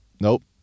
Nope